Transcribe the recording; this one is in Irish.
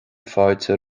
fáilte